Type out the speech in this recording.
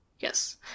Yes